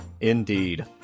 Indeed